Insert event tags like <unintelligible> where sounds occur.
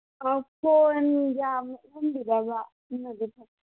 ꯑꯧ ꯐꯣꯟ ꯌꯥꯝ <unintelligible>